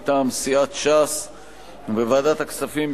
מטעם סיעת ש"ס: בוועדת הכספים,